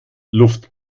luft